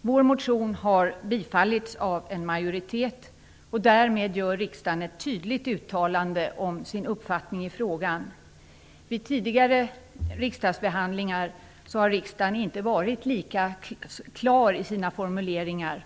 Vår motion har tillstyrkts av en majoritet, och därmed gör riksdagen ett tydligt uttalande om sin uppfattning i frågan. Vid tidigare riksdagsbehandlingar har riksdagen inte varit lika klar i sina formuleringar.